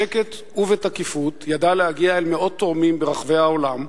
בשקט ובתקיפות ידע להגיע למאות תורמים ברחבי העולם,